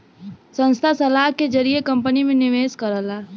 संस्था सलाह के जरिए कंपनी में निवेश करला